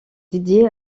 dédiée